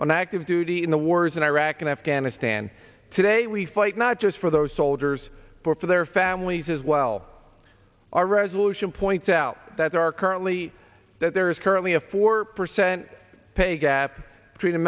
on active duty in the wars in iraq and afghanistan today we fight not just for those soldiers for their families as well our resolution points out that there are currently that there is currently a four percent pay gap between the